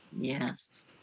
yes